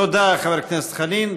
תודה, חבר הכנסת חנין.